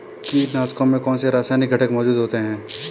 कीटनाशकों में कौनसे रासायनिक घटक मौजूद होते हैं?